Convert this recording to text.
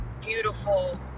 beautiful